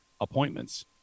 appointments